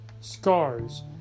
scars